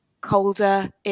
colder